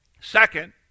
Second